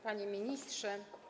Panie Ministrze!